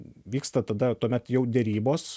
vyksta tada tuomet jau derybos